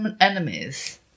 enemies